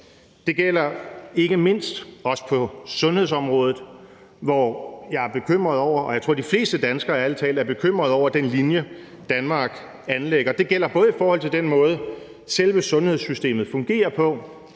Det gælder ikke mindst også på sundhedsområdet, hvor jeg og de fleste danskere, tror jeg, er bekymrede over den linje, Danmark anlægger. Det gælder både i forhold til den måde, selve sundhedssystemet fungerer på